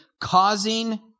Causing